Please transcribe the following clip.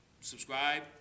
subscribe